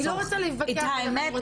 אני לא רוצה להתווכח איתך.